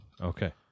Okay